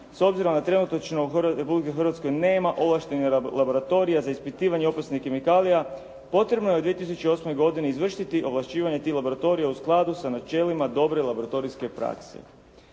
"S obzirom na trenutačno u Republici Hrvatskoj nema ovlaštenih laboratorija za ispitivanje opasnih kemikalija potrebno je u 2008. godini izvršiti ovlašćivanje tih laboratorija u skladu sa načelima dobre laboratorijske prakse.".